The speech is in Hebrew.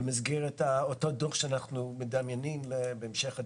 במסגרת אותו דוח שאנחנו מדמיינים בהמשך הדרך?